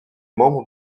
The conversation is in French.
membre